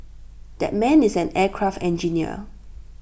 that man is an aircraft engineer